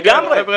לגמרי.